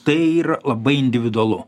tai yra labai individualu